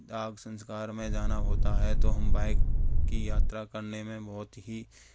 दाह संस्कार में जाना होता है तो हम बाइक की यात्रा करने में बहुत ही